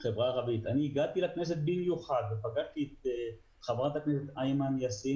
אני הגעתי לכנסת במיוחד ופגשתי את חברת הכנסת אימאן יאסין